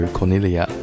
Cornelia